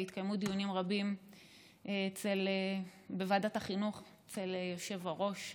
והתקיימו דיונים רבים בוועדת החינוך אצל היושב-ראש,